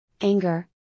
anger